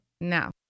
now